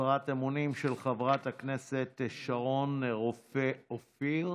הצהרת אמונים של חברת הכנסת שרון רופא אופיר.